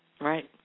Right